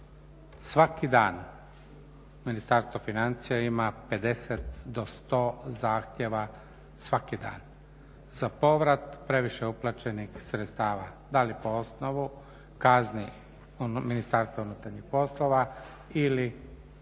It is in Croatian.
svaki dan Ministarstvo financija ima 50 do 100 zahtjeva, svaki dan, za povrat previše uplaćenih sredstava. Da li po osnovu kazni Ministarstva unutarnjih poslova ili